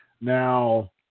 Now